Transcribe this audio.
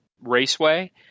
raceway